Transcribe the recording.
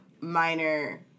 minor